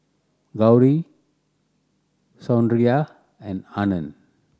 Gauri Sundaraiah and Anand